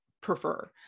prefer